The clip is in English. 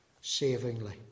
savingly